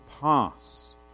pass